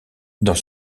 dans